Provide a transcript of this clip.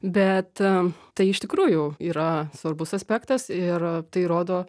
bet tai iš tikrųjų yra svarbus aspektas ir tai rodo